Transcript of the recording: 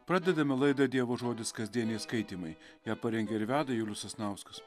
pradedame laidą dievo žodis kasdieniai skaitymai ją parengė ir veda julius sasnauskas